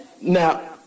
Now